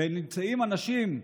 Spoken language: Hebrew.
ונמצאים אנשים,